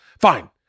fine